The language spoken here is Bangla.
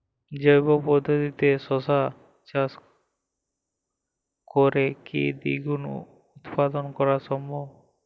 জৈব পদ্ধতিতে শশা চাষ করে কি দ্বিগুণ উৎপাদন করা সম্ভব?